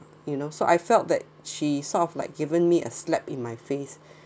you know so I felt that she sort of like given me a slap in my face